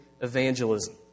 evangelism